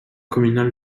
communale